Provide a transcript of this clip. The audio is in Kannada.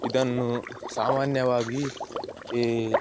ಇದನ್ನು ಸಾಮಾನ್ಯವಾಗಿ ಈ